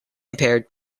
impaired